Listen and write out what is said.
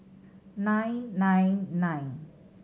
nine nine nine